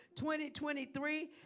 2023